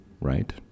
right